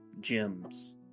gems